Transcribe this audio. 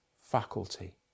faculty